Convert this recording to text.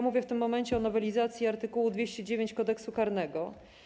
Mówię w tym momencie o nowelizacji art. 209 Kodeksu karnego.